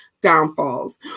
downfalls